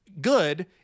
good